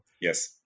Yes